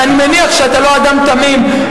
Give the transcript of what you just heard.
ואני מניח שאתה לא אדם תמים,